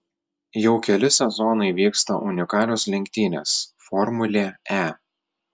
jau keli sezonai vyksta unikalios lenktynės formulė e